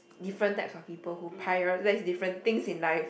different types of people who prioritise different things in life